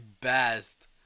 best